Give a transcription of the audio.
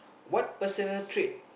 what personal trait